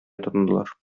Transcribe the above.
тотындылар